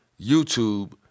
YouTube